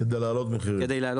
כדי להעלות מחירים.